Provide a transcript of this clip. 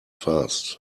fast